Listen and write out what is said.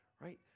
right